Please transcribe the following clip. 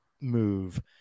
move